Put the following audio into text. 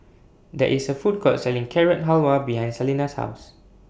There IS A Food Court Selling Carrot Halwa behind Salena's House